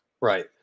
right